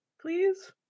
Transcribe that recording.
please